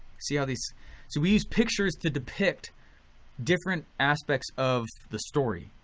see how these, so we use pictures to depict different aspects of the story,